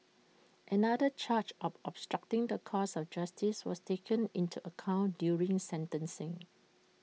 another charge of obstructing the course of justice was taken into account during sentencing